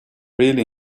really